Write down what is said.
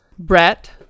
Brett